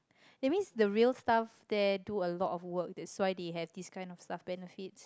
that means the real staff there do a lot of work that's why they have this kind of staff benefit